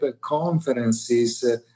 conferences